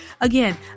again